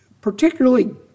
particularly